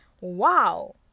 Wow